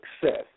success